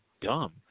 dumb